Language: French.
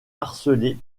harcelé